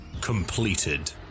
completed